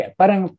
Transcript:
parang